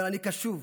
אבל אני קשוב,